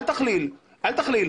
אל תכליל.